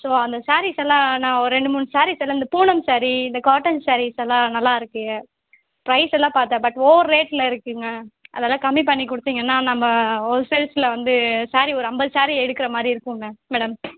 so அந்த சாரீஸெல்லாம் நான் ஒரு ரெண்டு மூணு சாரீஸ் எல்லா இந்த பூனம் சாரீ இந்த காட்டன் சாரீஸெல்லாம் நல்லா இருக்குது ப்ரைஸ் எல்லாம் பார்த்தேன் பட் ஓவர் ரேட்டில் இருக்குதுங்க அதெல்லாம் கம்மி பண்ணி கொடுத்தீங்கன்னா நம்ம ஹோல்சேல்ஸில் வந்து சாரீ ஒரு ஐம்பது சாரீ எடுக்கிற மாதிரி இருக்குதுங்க மேடம்